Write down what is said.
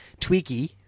Tweaky